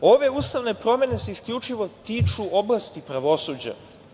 Ove ustavne promene se isključivo tiču oblasti pravosuđa.